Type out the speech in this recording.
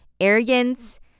Arrogance